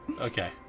Okay